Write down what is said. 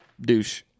douche